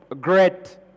great